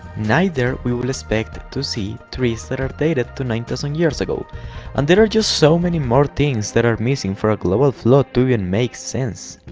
neither we will expect to see trees that are dated to nine thousand years ago and there are just so many more things that are missing for a global flood to even make sense,